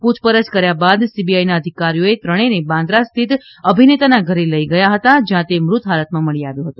પૂછપરછ કર્યા બાદ સીબીઆઈના અધિકારીઓ ત્રણેયને બાંદ્રા સ્થિત અભિનેતાના ઘરે લઈ ગયા હતા જ્યાં તે મૃત હાલતમાં મળી આવ્યો હતો